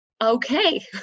Okay